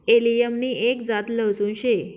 allium नि एक जात लहसून शे